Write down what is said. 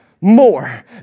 more